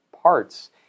parts